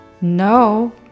No